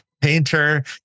painter